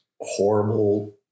horrible